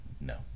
No